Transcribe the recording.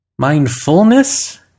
Mindfulness